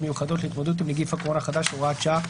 מיוחדות להתמודדות עם נגיף הקורונה החדש (הוראת שעה),